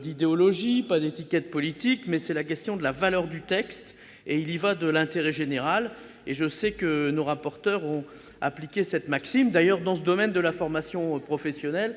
d'idéologies, d'étiquettes politiques. Seule compte la valeur du texte ; il y va de l'intérêt général. Je sais que nos rapporteurs ont appliqué cette maxime. D'ailleurs, dans ce domaine de la formation professionnelle,